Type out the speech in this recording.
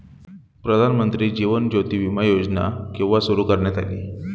प्रधानमंत्री जीवन ज्योती विमाची योजना केव्हा सुरू करण्यात आली?